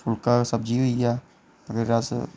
फुलका ते सब्जी होई गेआ ते सवेरे अस